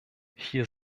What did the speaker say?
hier